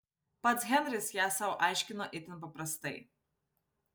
pats henris ją sau aiškino itin paprastai